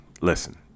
listen